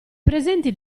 presenti